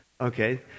okay